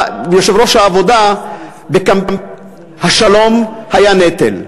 העבודה השלום היה נטל.